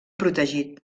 protegit